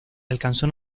alcanzó